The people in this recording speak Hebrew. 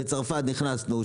בצרפת נכנסנו,